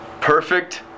Perfect